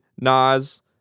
Nas